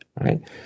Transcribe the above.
right